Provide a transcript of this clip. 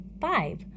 five